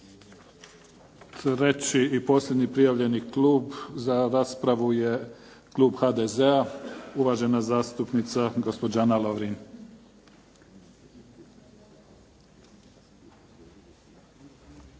Treći i posljednji prijavljeni klub za raspravu je Klub HDZ-a, uvažena zastupnica gospođa Ana Lovrin.